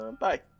bye